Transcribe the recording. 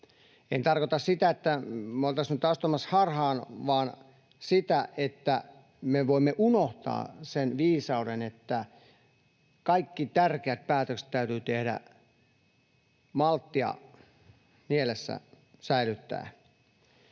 En tarkoita sitä, että me oltaisiin nyt astumassa harhaan, vaan sitä, että me voimme unohtaa sen viisauden, että kaikki tärkeät päätökset täytyy tehdä maltti mielessä säilyttäen.